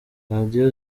radiyo